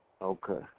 Okay